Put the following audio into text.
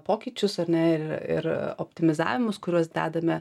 pokyčius ar ne ir ir optimizavimus kuriuos dedame